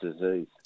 disease